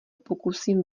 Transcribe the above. pokusím